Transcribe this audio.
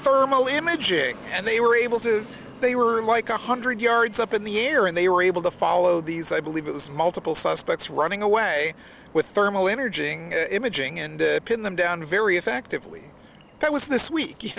thermal imaging and they were able to they were like a hundred yards up in the air and they were able to follow these i believe it was multiple suspects running away with thermal energy imaging and pin them down very effectively that was this week